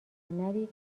نری